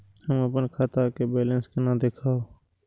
हम अपन खाता के बैलेंस केना देखब?